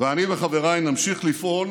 ואני וחבריי נמשיך לפעול